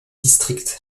districts